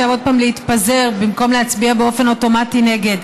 עוד פעם להתפזר במקום להצביע באופן אוטומטי נגד.